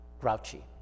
grouchy